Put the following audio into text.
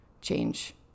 change